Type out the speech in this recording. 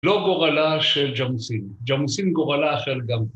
לא גורלה של ג׳מוסין, ג׳מוסין גורלה אחר גם.